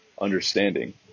understanding